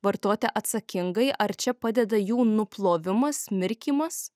vartoti atsakingai ar čia padeda jų nuplovimas mirkymas